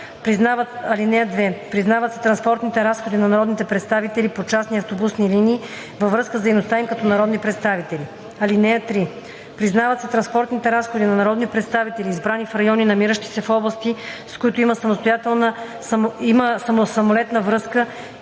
мрежа. (2) Признават се транспортните разходи на народните представители по частни автобусни линии във връзка с дейността им като народни представители. (3) Признават се транспортните разходи на народните представители, избрани в райони, намиращи се в области, с които има самолетна връзка